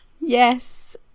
Yes